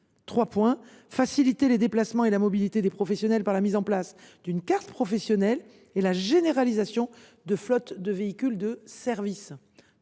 premièrement, faciliter les déplacements et la mobilité des professionnels par la mise en place d’une carte professionnelle et la généralisation de flottes de véhicules de service